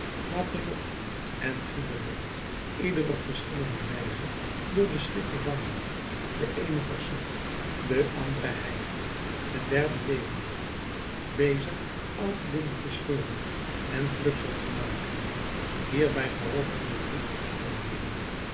matelotte en gibelotte ieder op verschillende wijze door den schrik bevangen de eene versuft de andere hijgend de derde levendig bezig oud linnen te scheuren en pluksel te maken hierbij geholpen door drie